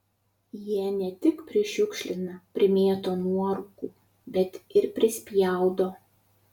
jie ne tik prišiukšlina primėto nuorūkų bet ir prispjaudo